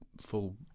full